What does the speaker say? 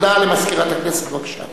הודעה למזכירת הכנסת, בבקשה.